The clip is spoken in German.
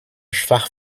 schwach